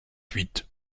huit